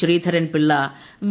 Sreedharan Pillai V